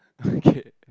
okay